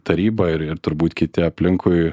taryba ir ir turbūt kiti aplinkui